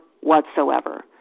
whatsoever